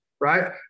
Right